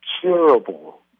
curable